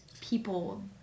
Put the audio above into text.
people